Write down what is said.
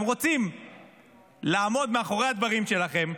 אתם רוצים לעמוד מאחורי הדברים שלכם?